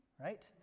right